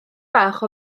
bach